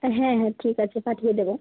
হ্যাঁ হ্যাঁ ঠিক আছে পাঠিয়ে দেবো